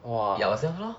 ya then how